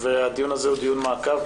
והדיון הזה הוא דיון מעקב,